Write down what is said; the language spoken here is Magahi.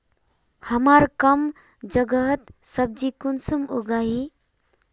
हमार कम जगहत सब्जी कुंसम उगाही?